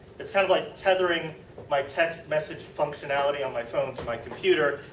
is kind of like tethering my text message functionality on my phone to my computer.